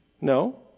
No